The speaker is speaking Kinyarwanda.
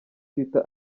twitter